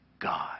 God